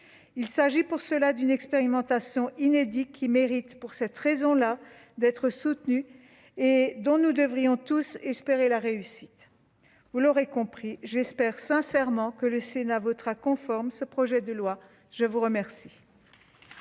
Il s'agit d'une expérimentation inédite, qui mérite pour cette raison d'être soutenue. Nous devrions tous en espérer la réussite. Vous l'aurez compris, j'espère sincèrement que le Sénat votera conforme ce projet de loi. La discussion